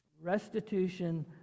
restitution